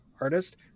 artist